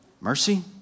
Mercy